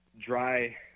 dry